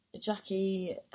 Jackie